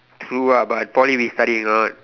true ah but Poly we studying or not